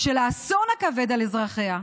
של האסון הכבד על אזרחיה.